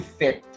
fit